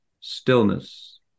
stillness